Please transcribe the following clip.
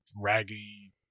raggy